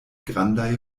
grandaj